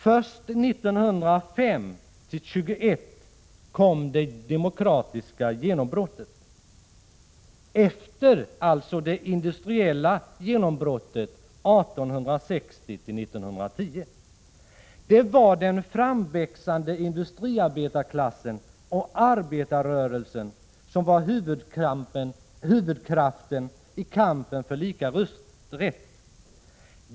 Först 1905-1921 kom det demokratiska genombrottet, efter det industriella genombrottet 1860-1910. Det var den framväxande industriarbetarklassen och arbetarrörelsen som var huvudkraften i kampen för lika rösträtt.